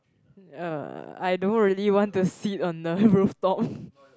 uh I don't really want to sit on the rooftop